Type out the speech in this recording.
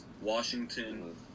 Washington